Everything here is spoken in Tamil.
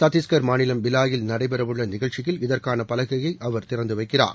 சத்தீஷ்கர் மாநிலம் பிலாயில் நடைபெறவுள்ள நிகழ்ச்சியில் இதற்கான பலகையை அவர் திறந்து வைக்கிறார்